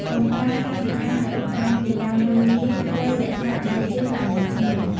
កុំប្រើកាយវិការដែលបង្ហាញពីការមើលងាយត្រូវរក្សាដៃជើងឱ្យនៅស្ងៀម។